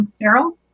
sterile